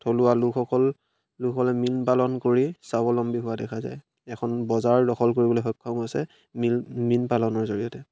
থলুৱা লোকসকল লোকসকলে মীন পালন কৰি স্বাৱলম্বী হোৱা দেখা যায় এখন বজাৰ দখল কৰিবলৈ সক্ষম আছে মিল মীন পালনৰ জৰিয়তে